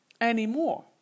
anymore